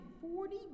forty